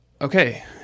Okay